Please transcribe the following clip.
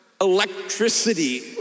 electricity